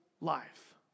Life